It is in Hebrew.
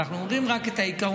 אנחנו רק אומרים את העיקרון,